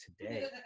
today